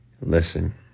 Listen